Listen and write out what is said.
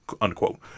unquote